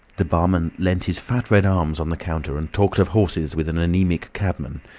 the barman leant his fat red arms on the counter and talked of horses with an anaemic cabman,